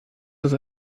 das